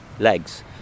legs